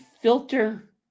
filter